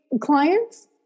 clients